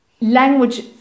language